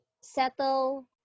settle